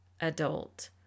adult